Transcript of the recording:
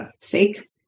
sake